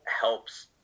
helps –